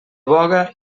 boga